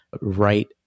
right